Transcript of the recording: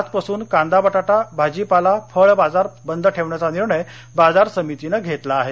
आजपासून कांदा बटाटा भाजीपाला फळ बाजार बंद ठेवण्याचा निर्णय बाजार समितीने घेतला आहे